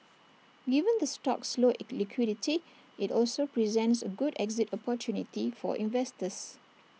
given the stock's low liquidity IT also presents A good exit opportunity for investors